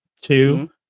two